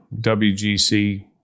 WGC